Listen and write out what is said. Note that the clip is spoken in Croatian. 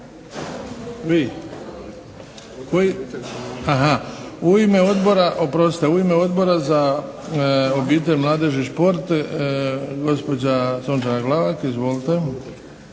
U ime Odbora za obitelj, mladež i šport gospođa Sunčana Glavak. Izvolite.